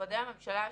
למשרדי הממשלה השונים,